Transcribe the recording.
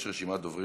יש רשימת דוברים